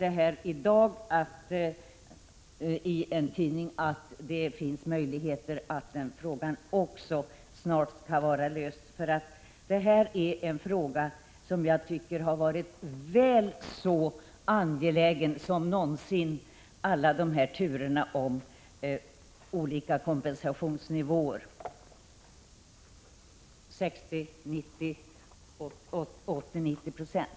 Jag läste i dag i en tidning att det finns möjligheter att den frågan också snart skall vara löst. Det här är en sak som jag tycker är väl så angelägen som alla dessa turer kring olika kompensationsnivåer — 60, 80 och 90 96.